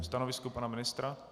Stanovisko pana ministra?